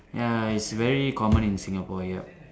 ya is very common in Singapore here